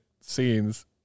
scenes